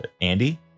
Andy